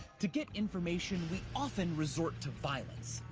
to get information, we often resort to violence,